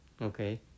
Okay